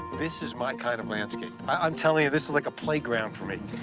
this is my kind of landscape. i'm telling you, this is like a playground for me.